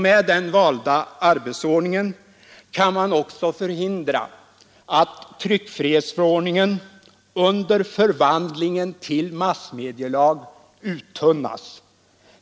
Med den valda arbetsordningen kan man också förhindra att tryckfrihetsförordningen under förvandlingen till massmedielag uttunnas.